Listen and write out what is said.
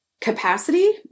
capacity